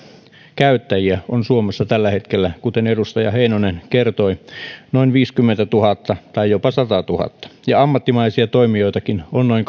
käyttäjiä on suomessa tällä hetkellä kuten edustaja heinonen kertoi noin viisikymmentätuhatta tai jopa satatuhatta ja ammattimaisia toimijoitakin on noin